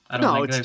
no